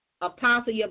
Apostle